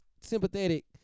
sympathetic